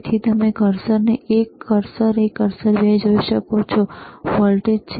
તેથી તમે કર્સર એક કર્સર 2 જોઈ શકો છો જે વોલ્ટેજ છે